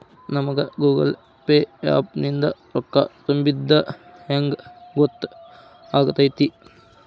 ನಮಗ Google pay app ನಿಂದ ರೊಕ್ಕಾ ತುಂಬಿದ್ದ ಹೆಂಗ್ ಗೊತ್ತ್ ಆಗತೈತಿ?